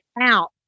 out